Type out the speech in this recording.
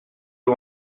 you